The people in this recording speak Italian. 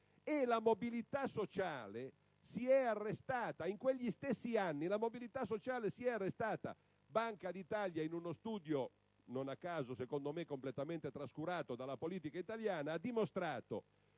la mobilità sociale si è arrestata. La Banca d'Italia, in uno studio - non a caso, secondo me, completamente trascurato dalla politica italiana - ha dimostrato